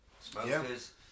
Smokers